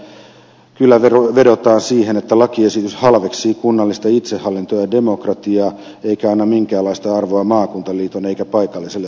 täällä kyllä vedotaan siihen että lakiesitys halveksii kunnallista itsehallintoa ja demokratiaa eikä anna minkäänlaista arvoa maakuntaliiton eikä paikalliselle asiantuntemukselle